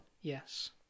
Yes